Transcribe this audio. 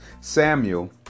Samuel